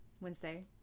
Wednesday